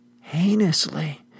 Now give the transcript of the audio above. heinously